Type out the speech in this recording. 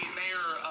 mayor